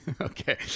Okay